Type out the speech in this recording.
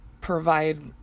provide